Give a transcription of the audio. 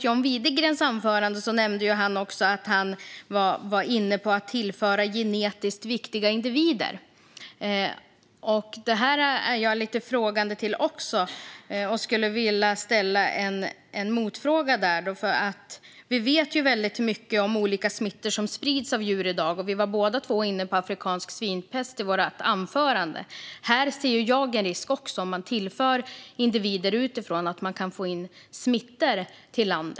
John Widegren var i sitt anförande inne på att man skulle tillföra genetiskt viktiga individer. Det ställer jag mig lite frågande till. Därför skulle jag vilja ställa en motfråga. Vi vet väldigt mycket om olika smittor som sprids av djur i dag, och vi var båda inne på afrikansk svinpest i våra anföranden. Här ser jag en risk att man kan få in smittor i landet om man tillför individer utifrån.